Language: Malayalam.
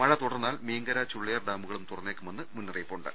മഴ തുടർന്നാൽ മീങ്കര ചുള്ളിയാർ ഡാമുകളും തുറന്നേക്കുമെന്ന് മുന്നറി യിപ്പുണ്ട്